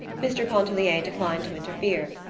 mr. pontellier declined to interfere,